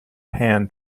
pan